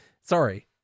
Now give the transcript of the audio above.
Sorry